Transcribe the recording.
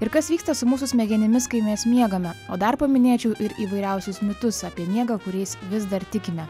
ir kas vyksta su mūsų smegenimis kai mes miegame o dar paminėčiau ir įvairiausius mitus apie miegą kuriais vis dar tikime